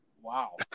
wow